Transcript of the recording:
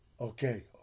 Okay